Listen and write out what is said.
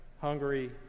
Hungary